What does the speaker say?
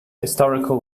historical